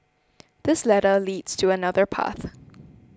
this ladder leads to another path